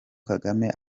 kagame